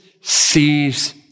sees